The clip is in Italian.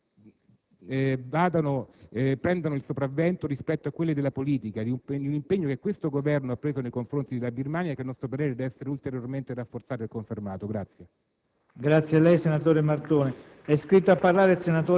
Non vorremmo che in questo caso le ragioni della diplomazia prendessero il sopravvento rispetto a quelle della politica, di un impegno che questo Governo ha preso nei confronti della Birmania e che, a nostro parere, dev'essere ulteriormente rafforzato e confermato.